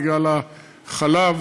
בגלל החלב